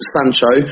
Sancho